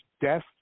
Death